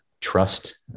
trust